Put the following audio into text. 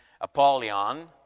Apollyon